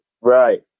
Right